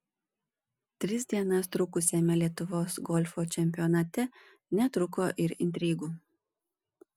tris dienas trukusiame lietuvos golfo čempionate netrūko ir intrigų